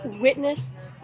witness